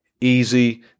Easy